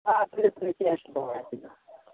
آ ٹھیٖک ٹھیٖک کینٛہہ چھُنہٕ پَرواے تُلِو